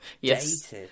Yes